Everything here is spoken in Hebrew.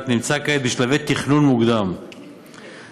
נמצא כעת בשלבי תכנון מוקדם וסטטוטוריקה,